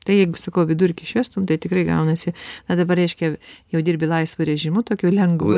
tai jeigu sakau vidurkį išvestum tai tikrai gaunasi na dabar reiškia jau dirbi laisvu režimu tokiu lengvu